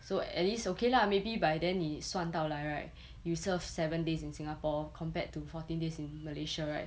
so at least okay lah maybe by then 你算到来 right you serve seven days in singapore compared to fourteen days in malaysia right